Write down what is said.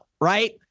right